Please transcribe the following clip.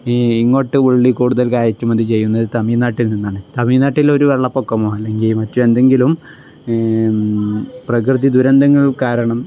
ഈ ഇങ്ങോട്ട് ഉള്ളി കൂടുതൽ കയറ്റുമതി ചെയ്യുന്നത് തമിഴ്നാട്ടിൽ നിന്നാണ് തമിഴ്നാട്ടിൽ ഒരു വെള്ളപ്പൊക്കമോ അല്ലെങ്കിൽ മറ്റ് എന്തെങ്കിലും പ്രകൃതി ദുരന്തങ്ങൾ കാരണം